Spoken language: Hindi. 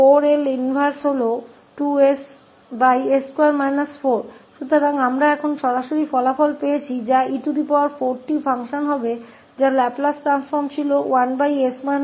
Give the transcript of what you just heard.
तो अब हमारे पास प्रत्यक्ष परिणाम हैं कि e4t वह function होगा जिसका लाप्लास परिवर्तन 1s 4था